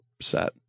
set